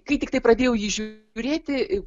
kai tiktai pradėjau jį žiūrėti